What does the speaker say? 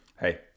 hey